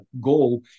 goal